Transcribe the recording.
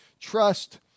trust